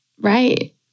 Right